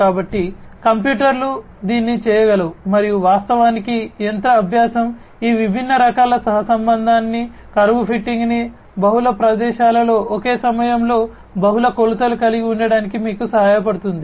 కాబట్టి కంప్యూటర్లు దీన్ని చేయగలవు మరియు వాస్తవానికి యంత్ర అభ్యాసం ఈ విభిన్న రకాల సహసంబంధాన్ని కర్వ్ ఫిట్టింగ్ను బహుళ ప్రదేశాలలో ఒకే సమయంలో బహుళ కొలతలు కలిగి ఉండటానికి మీకు సహాయపడుతుంది